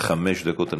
חמש דקות.